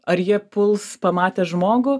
ar jie puls pamatę žmogų